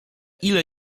ile